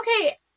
okay